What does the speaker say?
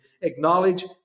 acknowledge